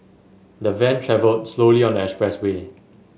the van travelled slowly on the expressway